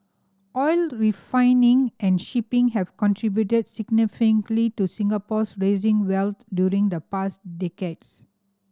oil refining and shipping have contributed significantly to Singapore's rising wealth during the past decades